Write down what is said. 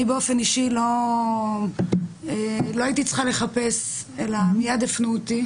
אני באופן אישי לא הייתי צריכה לחפש אלא מיד הפנו אותי.